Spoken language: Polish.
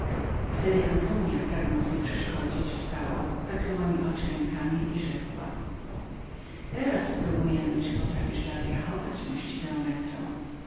wtedy antonia pragnąc mi się sprzeciwić wstała zakryła mi oczy swemi rękami i rzekła teraz sprobujmy czy potrafisz dalej rachować mości geometro